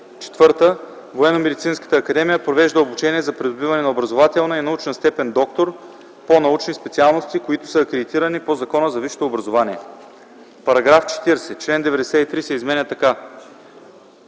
(4) Военномедицинската академия провежда обучение за придобиване на образователна и научна степен „доктор” по научни специалности, които са акредитирани по Закона за висшето образование.” § 40. Член 93 се изменя така: